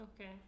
Okay